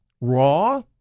raw